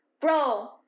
bro